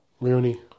Rooney